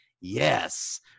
yes